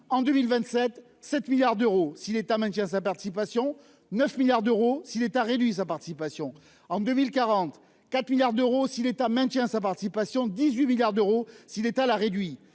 s'en 2027. 7 milliards d'euros si l'État maintient sa participation. 9 milliards d'euros si l'État réduit sa participation en 2044 milliards d'euros si l'État maintient sa participation 18 milliards d'euros si l'État la réduit